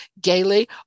gaily